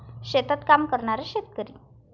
शेतात काम करणारे शेतकरी